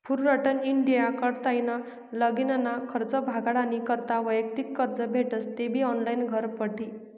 Fullerton India कडताईन लगीनना खर्च भागाडानी करता वैयक्तिक कर्ज भेटस तेबी ऑनलाईन घरबठी